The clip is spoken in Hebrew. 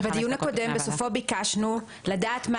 בסופו של הדיון הקודם ביקשנו לדעת מה